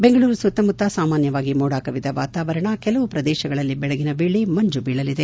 ಬೆಂಗಳೂರು ಸುತ್ತಮುತ್ತ ಸಾಮಾನ್ಯವಾಗಿ ಮೋಡಕವಿದ ವಾತಾವರಣ ಕೆಲವು ಪ್ರದೇಶಗಳಲ್ಲಿ ಬೆಳಗಿನ ವೇಳೆ ಮಂಜು ಬೀಳಲಿದೆ